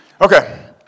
Okay